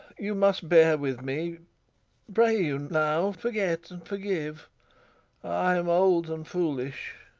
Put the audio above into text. you must bear with me pray you now, forget and forgive i am old and foolish.